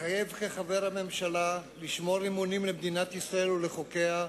מתחייב כחבר הממשלה לשמור אמונים למדינת ישראל ולחוקיה,